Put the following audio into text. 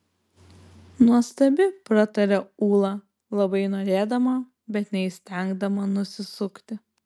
nuostabi prataria ūla labai norėdama bet neįstengdama nusisukti